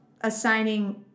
assigning